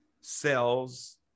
cells